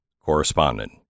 correspondent